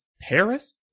Paris